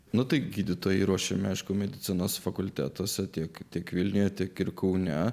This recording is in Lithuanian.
nu tai gydytojai ruošiami aišku medicinos fakultetuose tik tik vilniuje tik ir kaune